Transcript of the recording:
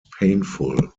painful